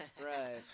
Right